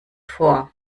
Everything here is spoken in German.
vor